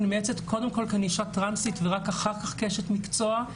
אני מייעצת קודם כל כי אני אישה טרנסית ורק אחר כך כאשת מקצוע,